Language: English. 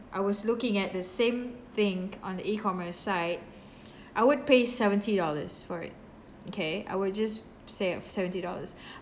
I was looking at the same thing on the E-commerce site I would pay seventy dollars for it okay I will just say uh seventy dollars